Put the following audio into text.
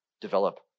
develop